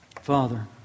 Father